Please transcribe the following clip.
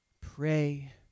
Pray